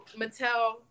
Mattel